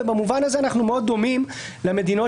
ובמובן הזה אנחנו מאוד דומים למדינות